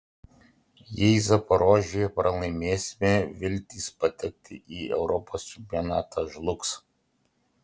jei zaporožėje pralaimėsime viltys patekti į europos čempionatą žlugs